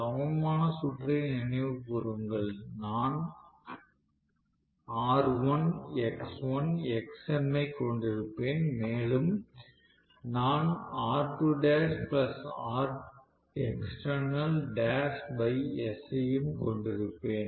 சமமான சுற்றை நினைவுகூருங்கள் நான் R1 X1 Xm ஐக் கொண்டிருப்பேன் மேலும் நான் R2lRexternalls ஐயும் கொண்டிருப்பேன்